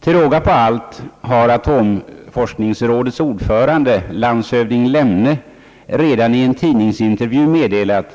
Till råga på allt har atomforskningsrådets ordförande, landshövding Lemne, redan i en tidningsintervju meddelat